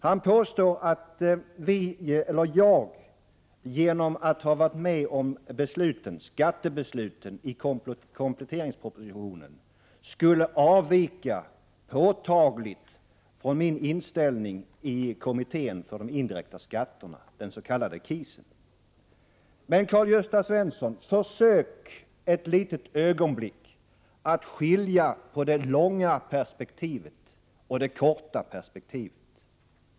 Han påstod att jag genom att ha varit med om skattebesluten med anledning av kompletteringspropositionen skulle påtagligt ha frångått den ståndpunkt som jag intagit i kommittén för de indirekta skatterna, den s.k. KIS. Men, Karl-Gösta Svenson, försök ett litet ögonblick att skilja på det långa perspektivet och det korta perspektivet.